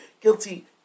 guilty